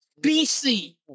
BC